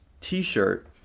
t-shirt